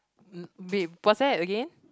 um babe what's there again